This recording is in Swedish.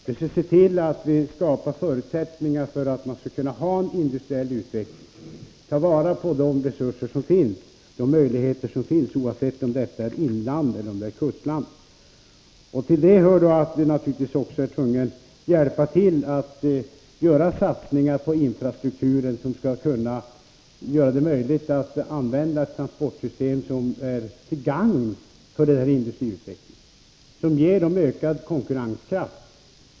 Vi skall se till att förutsättningar skapas för en industriell utveckling och för att ta vara på de resurser som finns oavsett om det gäller inlandet eller kustlandet. Till det hör att vi naturligtvis också är tvungna att hjälpa till att göra satsningar på infrastrukturen för att göra det möjligt att använda ett transportsystem som är till gagn för denna industriutveckling och som ger den ökad konkurrenskraft.